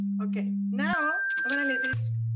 okay. now, i'm gonna leave this